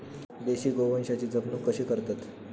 देशी गोवंशाची जपणूक कशी करतत?